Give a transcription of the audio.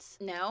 No